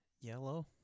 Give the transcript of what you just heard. Yellow